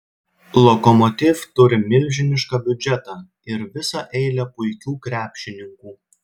lokomotiv turi milžinišką biudžetą ir visą eilę puikių krepšininkų